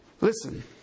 Listen